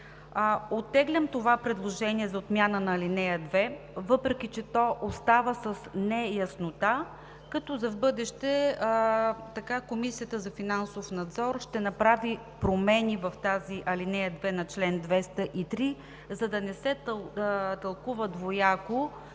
Оттеглям това предложение за отмяна на ал. 2, въпреки че то остава с неяснота, като за в бъдеще Комисията за финансов надзор ще направи промени в тази ал. 2 на чл. 203, за да не се тълкува двояко